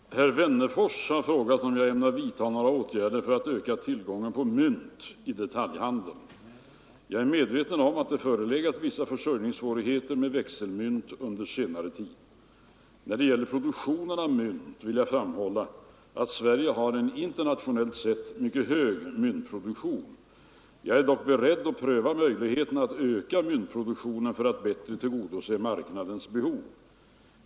Fru talman! Herr Wennerfors har frågat mig om jag ämnar vidta några åtgärder för att öka tillgången på mynt i detaljhandeln. Jag är medveten om att det förelegat vissa försörjningssvårigheter med växelmynt under senare tid. När det gäller produktionen av mynt vill jag framhålla att Sverige har en internationellt sett mycket hög myntproduktion. Jag är dock beredd att pröva möjligheterna att öka myntproduktionen för att bättre tillgodose marknadens behov.